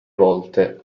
volte